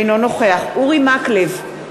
אינו נוכח אורי מקלב,